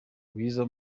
bwiza